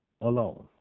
alone